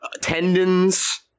tendons